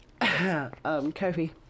Kofi